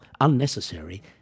unnecessary